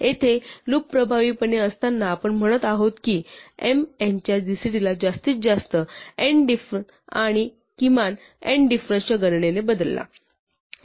येथे लूप प्रभावीपणे असताना आपण म्हणत आहोत की m n च्या gcd ला जास्तीत जास्त n diff आणि किमान n diff च्या गणनेने बदला